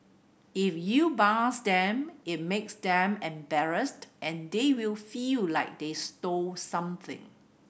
if you buzz them it makes them embarrassed and they will feel like they stole something